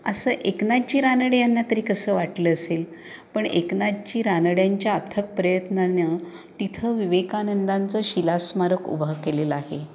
असं एकनाथजी रानडे यांना तरी कसं वाटलं असेल पण एकनाथजी रानड्यांच्या अथक प्रयत्नांनं तिथं विवेकानंदांचं शिला स्मारक उभं केलेलं आहे